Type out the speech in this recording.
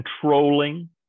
controlling